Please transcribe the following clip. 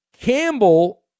Campbell